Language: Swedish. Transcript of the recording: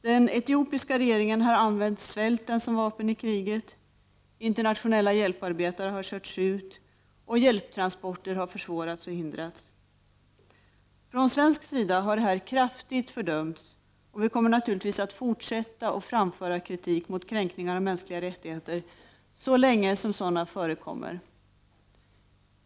Den etiopiska regeringen har använt svälten som vapen i kriget, internationella hjälparbetare har körts ut och hjälptransporter har hindrats. Från svensk sida har detta kraftigt fördömts, och vi kommer naturligtvis att fortsätta att framföra kritik mot kränkningar av mänskliga rättigheter så länge sådana förekommer.